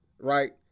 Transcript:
Right